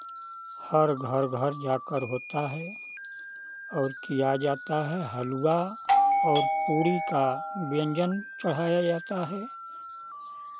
हर घर घर जाकर होता है और किया जाता है हलवा और पूड़ी का व्यंजन चढ़ाया जाता है